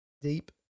deep